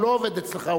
הוא לא עובד אצלך,